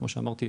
כמו שאמרתי,